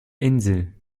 insel